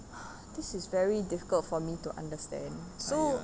this is very difficult for me to understand so